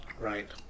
Right